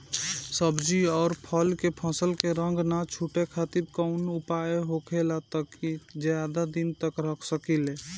सब्जी और फल के फसल के रंग न छुटे खातिर काउन उपाय होखेला ताकि ज्यादा दिन तक रख सकिले?